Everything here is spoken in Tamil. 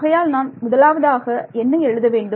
ஆகையால் நான் முதலாவதாக என்ன எழுத வேண்டும்